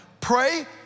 pray